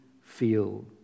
feel